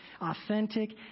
authentic